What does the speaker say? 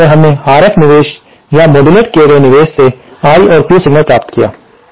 तो इस तरह हमने RF निवेश या मॉड्यूलेट किए गए निवेश से आई और क्यू सिग्नल प्राप्त किए